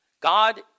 God